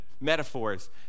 metaphors